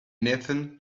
nathan